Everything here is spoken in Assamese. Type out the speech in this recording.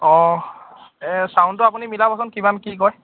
অঁ চাউণ্ডটো আপুনি মিলাবচোন কিমান কি কয়